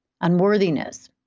unworthiness